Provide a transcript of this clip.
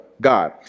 God